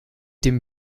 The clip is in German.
dem